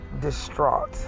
distraught